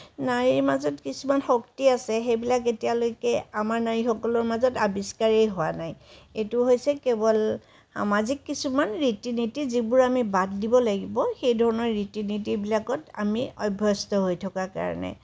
নাৰীৰ মাজত কিছুমান শক্তি আছে সেইবিলাক এতিয়ালৈকে আমাৰ নাৰীসকলৰ মাজত আৱিস্কাৰেই হোৱা নাই এইটো হৈছে কেৱল সামাজিক কিছুমান ৰীতি নীতি যিবোৰ আমি বাদ দিব লাগিব সেই ধৰণৰ ৰীতি নীতিবিলাকত আমি অভ্যস্ত হৈ থকা কাৰণে